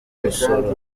gusora